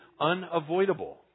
unavoidable